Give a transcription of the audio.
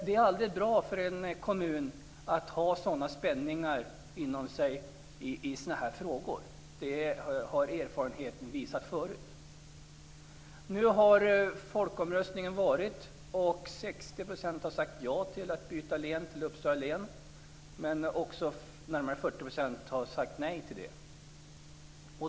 Det är aldrig bra för en kommun att ha sådana spänningar inom sig när det gäller den här typen av frågor. Det har erfarenheten visat. Nu har folkomröstningen hållits. 60 % av kommuninvånarna har sagt ja till att byta län till Uppsala län och närmare 40 % har sagt nej.